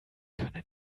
können